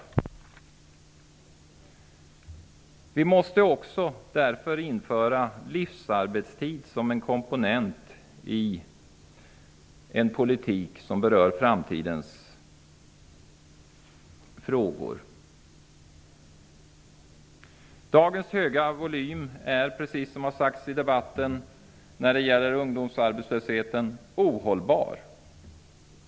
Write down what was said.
Därför måste livsarbetstid införas som en komponent i den politik som berör framtidens frågor. Precis som tidigare har sagts i debatten om ungdomsarbetslösheten är dagens höga volym ohållbar.